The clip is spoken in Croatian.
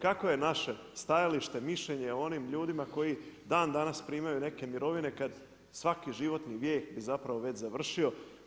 Kakvo je naše stajalište, mišljenje o onim ljudima koji dan danas primaju neke mirovine kad svaki životni vijek je već završio.